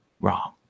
wrong